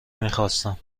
میخواستم